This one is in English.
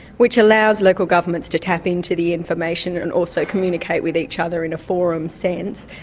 which allows local governments to tap into the information, and also communicate with each other in a forum sense.